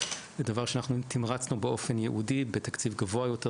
זה דבר שאנחנו תמרצנו באופן ייעודי בתקציב גבוה יותר,